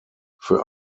für